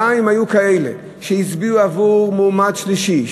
גם אם היו כאלה שהצביעו עבור מועמד שלישי,